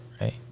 right